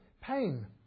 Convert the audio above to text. pain